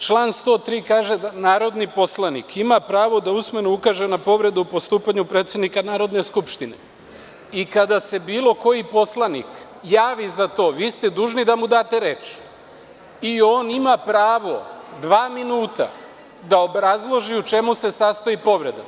Član 103. kaže – da narodni poslanik ima pravo da usmeno ukaže na povredu o postupanju predsednika Narodne skupštine i kada se bilo koji poslanik javi za to vi ste dužni da mu date reč i on ima pravo dva minuta da obrazloži u čemu se sastoji povreda.